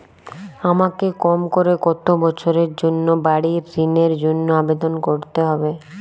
আমাকে কম করে কতো বছরের জন্য বাড়ীর ঋণের জন্য আবেদন করতে হবে?